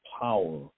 power